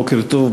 בוקר טוב,